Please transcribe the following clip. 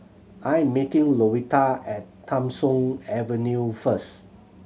I am meeting Louetta at Tham Soong Avenue first